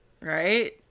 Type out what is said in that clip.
Right